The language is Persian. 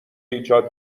ایجاد